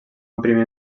imprimir